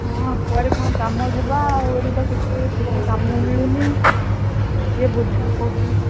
ହଁ କୁଆଡ଼େ କ'ଣ କାମ ଯିବା ଆଉ ଏଇଠି ତ କିଛି ଠିକ୍ରେ କାମ ମିଳୁନି ଟିକେ ବୁଝ